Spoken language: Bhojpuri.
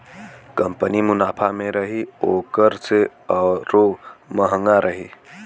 कंपनी मुनाफा मे रही ओकर सेअरो म्हंगा रही